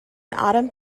autumn